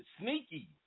Sneaky